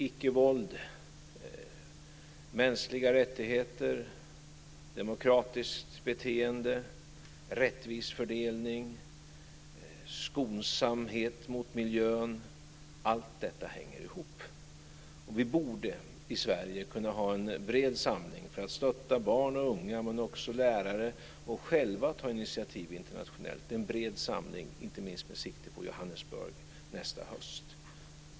Icke-våld, mänskliga rättigheter, demokratiskt beteende, rättvis fördelning, skonsamhet mot miljön - allt detta hänger ihop. Vi borde i Sverige kunna ha en bred samling för att stötta barn och unga, men också lärare, och själva ta initiativ internationellt - en bred samling, inte minst med sikte på Johannesburg nästa höst.